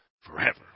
forever